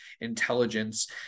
intelligence